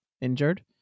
injured